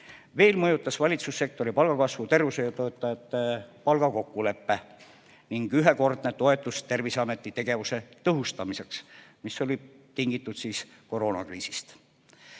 Veel mõjutasid valitsussektori palgakasvu tervishoiutöötajate palgakokkulepe ning ühekordne toetus Terviseameti tegevuse tõhustamiseks, mis oli tingitud koroonakriisist.